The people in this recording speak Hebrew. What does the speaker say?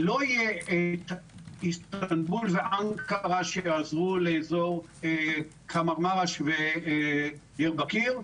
ולא יהיה איסטנבול ואנקרה שיעזרו לאזור קרמאנמרש ודיארבקיר,